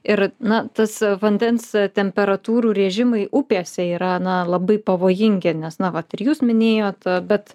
ir na tas vandens temperatūrų režimai upėse yra na labai pavojingi nes na vat ir jūs minėjot bet